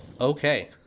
Okay